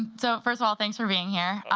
so first of all, thanks for being here.